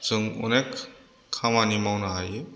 जों अनेक खामानि मावनो हायो